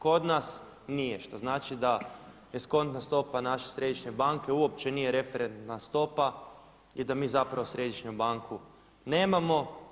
Kod nas nije što znači da eskontna stopa naše središnje banke uopće nije referentna stopa i da mi zapravo središnju banku nemamo.